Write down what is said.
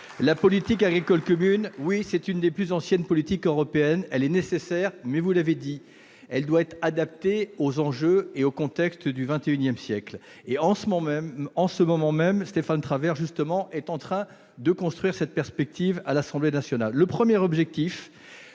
la politique agricole commune est une des plus anciennes politiques européennes ! Elle est nécessaire. Mais, vous l'avez dit, elle doit être adaptée aux enjeux et au contexte du XXI siècle. En ce moment même, Stéphane Travert est en train d'oeuvrer dans cette perspective à l'Assemblée nationale. Le premier axe-